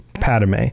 Padme